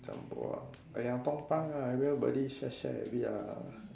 Jumbo !aiya! tumpang ah everybody share share a bit ah